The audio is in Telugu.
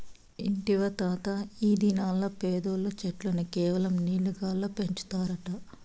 ఇంటివా తాతా, ఈ దినాల్ల పెద్దోల్లు చెట్లను కేవలం నీరు గాల్ల పెంచుతారట